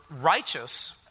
righteous